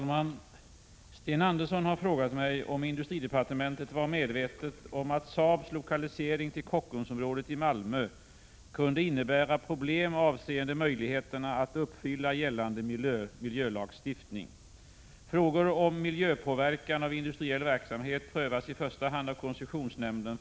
En del i det s.k. Malmöpaketet, med anledning av nedläggningen av den civila fartygsproduktionen vid Kockums Varv i Malmö, var SAAB:s satsning på en bilfabrik på varvsområdet. Efter hand har uppenbara miljöproblem aktualiserats i samband med nämnda bilproduktion.